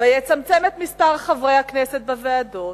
ויצמצם את מספר חברי הכנסת בוועדות.